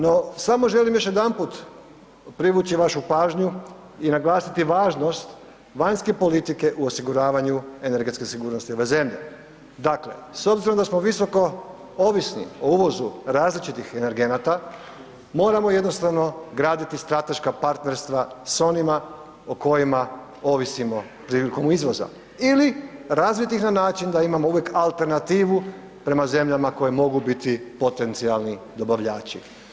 No, samo želim još jedanput privući vašu pažnju i naglasiti važnost vanjske politike u osiguravanju energetske sigurnosti ove zemlje, dakle s obzirom da smo visoko ovisni o uvozu različitih energenata, moramo jednostavno graditi strateška partnerstva s onima o kojima ovisimo prilikom izvoza ili razviti ih na način da imamo uvijek alternativu prema zemljama koje mogu biti potencijalni dobavljači.